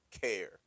care